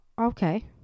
okay